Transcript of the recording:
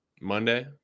Monday